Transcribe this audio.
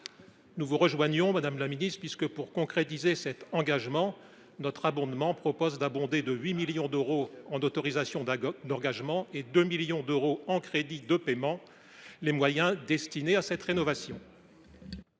Nous vous rejoignons, puisque, pour concrétiser cet engagement, cet amendement vise à abonder de 8 millions d’euros en autorisations d’engagement et de 2 millions d’euros en crédits de paiement les moyens destinés à cette rénovation.